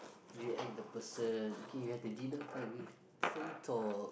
react the person okay we have the dinner okay we slowly talk